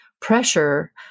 pressure